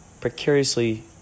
precariously